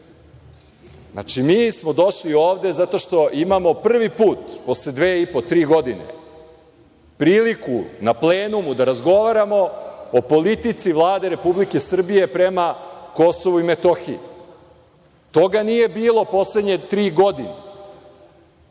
mi smo došli ovde zato što imamo prvi put posle dve i po, tri godine priliku na plenumu da razgovaramo o politici Vlade Republike Srbije prema KiM, toga nije bilo poslednje tri godine,